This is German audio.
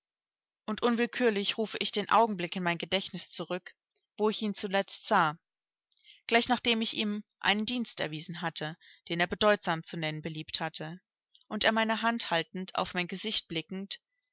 und unwillkürlich rufe ich den augenblick in mein gedächtnis zurück wo ich ihn zuletzt sah gleich nachdem ich ihm einen dienst erwiesen hatte den er bedeutsam zu nennen beliebt hatte und er meine hand haltend auf mein gesicht blickend